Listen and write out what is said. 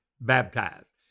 baptized